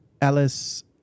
Alice